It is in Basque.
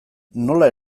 nola